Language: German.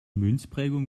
münzprägung